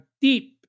deep